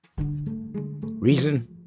Reason